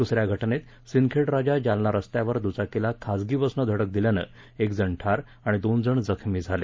दुसऱ्या घटनेत सिंदखेडराजा जालना रस्त्यावर दुचाकीला खाजगी बसनं धडक दिल्यानं एक जण ठार आणि दोन जण जखमी झाले